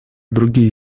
другие